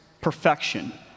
perfection